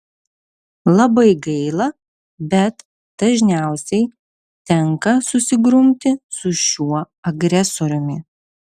labai gaila bet dažniausiai tenka susigrumti su šiuo agresoriumi